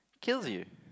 kills you